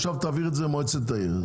עכשיו תעביר את זה במועצת העיר.